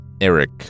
Eric